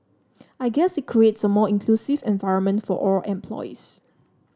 I guess it creates a more inclusive environment for all employees